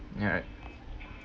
ya right